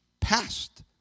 past